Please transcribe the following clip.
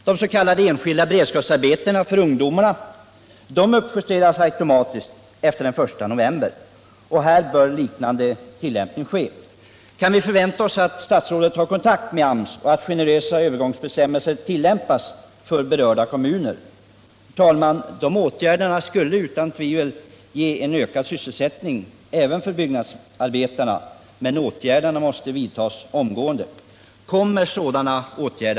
De s.k. enskilda beredskapsarbetena för ungdomar uppjusteras automatiskt efter den I november, och här bör det vara en liknande tillämpning. Kan vi vänta att statsrådet tar kontakt med AMS och att generösa övergångsbestämmelser tillämpas för berörda kommuner? En sådan åtgärd skulle utan tvivel ge ökad sysselsättning även för byggnadsarbetarna. Men den måste vidtas omgående.